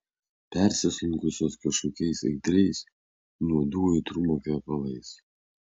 persisunkusios kažkokiais aitriais nuodų aitrumo kvepalais